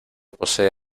posee